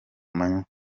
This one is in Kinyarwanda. manywa